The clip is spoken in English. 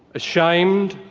ashamed